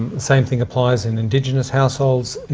same thing applies in indigenous households.